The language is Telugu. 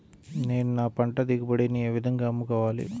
నేను నా పంట దిగుబడిని ఏ విధంగా అమ్ముకోవాలి?